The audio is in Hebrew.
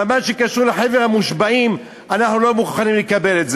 אבל את מה שקשור לחבר המושבעים אנחנו לא מוכנים לקבל?